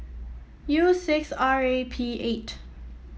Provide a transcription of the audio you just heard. U six R A P eight